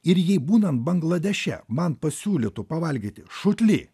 ir jai būnant bangladeše man pasiūlytų pavalgyti šutly